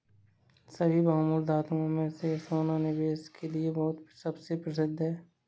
सभी बहुमूल्य धातुओं में से सोना निवेश के लिए सबसे प्रसिद्ध है